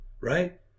right